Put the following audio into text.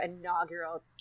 inaugural